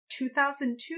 2002